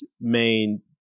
main